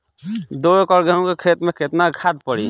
दो एकड़ गेहूँ के खेत मे केतना खाद पड़ी?